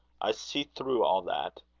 i see through all that.